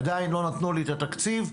עדיין לא נתנו לי את התקציב,